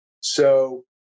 So-